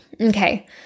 Okay